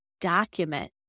document